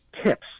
tips